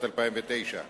32)